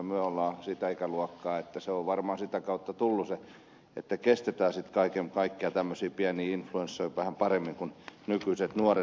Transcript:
me olemme sitä ikäluokkaa että se on varmaan sitä kautta tullut että kestetään sitten kaikkea tämmöisiä pieniä influenssoja vähän paremmin kuin nykyiset nuoret